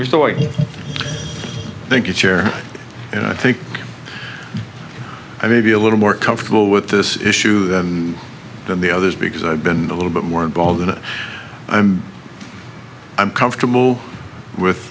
your so i think it's fair and i think i may be a little more comfortable with this issue than than the others because i've been a little bit more involved in it i'm i'm comfortable with